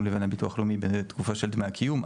לבין הביטוח הלאומי בתקופה של דמי הקיום,